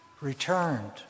returned